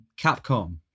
Capcom